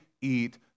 eat